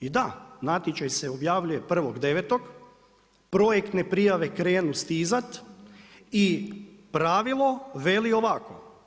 I da, natječaj se objavljuje 1.9., projektne prijave krenu stizat i pravilo veli ovako.